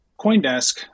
Coindesk